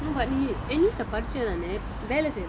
என்னத்த படிச்ச நானு வேல செய்றன்:ennatha padicha naanu vela seyran